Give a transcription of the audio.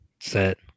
set